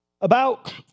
About